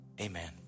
Amen